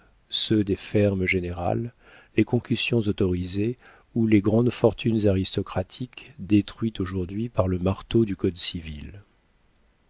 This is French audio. ceux des fermes générales les concussions autorisées ou les grandes fortunes aristocratiques détruites aujourd'hui par le marteau du code civil